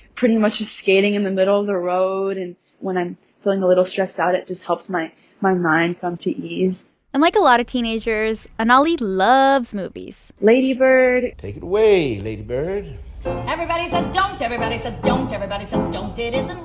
pretty much just skating in the middle of the road. and when i'm feeling a little stressed out, it just helps my my mind come to ease and like a lot of teenagers, anali loves movies lady bird. take it away, lady bird everybody says don't. everybody says don't. everybody says don't. it isn't